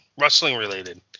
wrestling-related